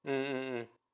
mm